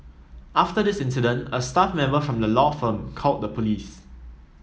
after the incident a staff member from the law firm called the police